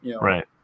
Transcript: Right